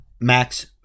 Max